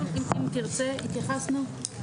אם תרצה, התייחסנו?